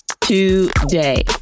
today